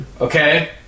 Okay